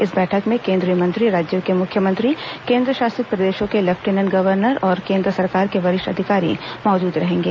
इस बैठक में केंद्रीय मंत्री राज्यों के मुख्यमंत्री केंद्र शासित प्रदेशों के लेफ्टिनेंट गर्वनर और केंद्र सरकार के वरिष्ठ अधिकारी मौजूद रहेंगे